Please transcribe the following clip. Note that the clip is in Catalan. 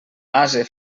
ase